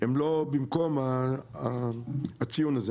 הם לא במקום הציון הזה.